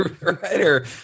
Writer